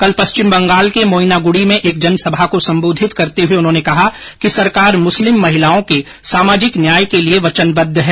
कल पश्चिम बंगाल के मोइनागुड़ी में एक जनसभा को सम्बोधित करते हुए उन्होंने कहा कि सरकार मुस्लिम महिलाओं के सामार्जिक न्याय के लिए वचनबद्व है